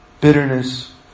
bitterness